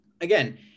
again –